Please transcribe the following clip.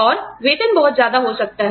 और वेतन बहुत ज्यादा हो सकता है